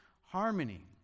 harmony